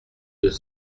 deux